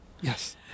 yes